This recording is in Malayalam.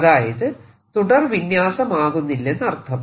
അതായത് തുടർ വിന്യാസമാകുന്നില്ലെന്നർത്ഥം